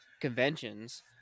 conventions